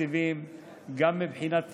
גם מבחינת תקציבים,